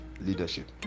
leadership